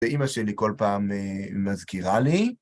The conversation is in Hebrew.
זה אמא שלי כל פעם מזכירה לי.